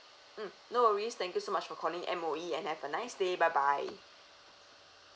mm no worries thank you so much for calling M_O_E and have a nice day bye bye